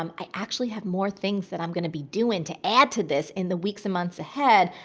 um i actually have more things that i'm going to be doing to add to this in the weeks and months ahead.